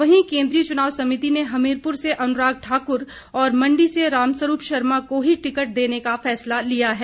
वहीं केन्द्रीय चुनाव समिति ने हमीरपुर से अनुराग ठाकुर और मंडी से रामस्वरूप शर्मा को ही टिकट देने का फैसला लिया है